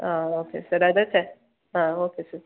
ಹಾಂ okay sir ಅದೇ sir ಹಾಂ ಓಕೆ ಸರ್